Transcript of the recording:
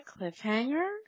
cliffhanger